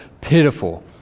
pitiful